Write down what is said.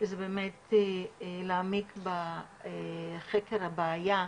זה באמת להעמיק בחקר הבעיה,